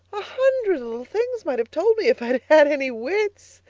a hundred little things might have told me, if i had had any wits.